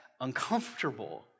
Uncomfortable